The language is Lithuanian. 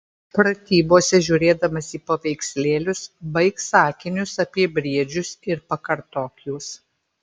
pratybose žiūrėdamas į paveikslėlius baik sakinius apie briedžius ir pakartok juos